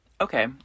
Okay